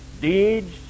deeds